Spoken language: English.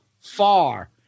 far